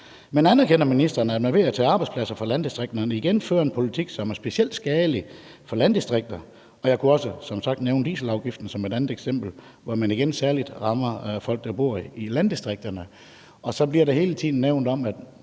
Men anerkender ministeren, at man ved at tage arbejdspladser fra landdistrikterne igen fører en politik, som er specielt skadelig for landdistrikter? Jeg kunne som sagt også nævne dieselafgiften som et andet eksempel, hvor man igen særlig rammer folk, der bor i landdistrikterne. Det bliver hele tiden nævnt, at